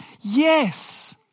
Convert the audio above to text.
yes